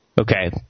Okay